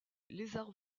lézard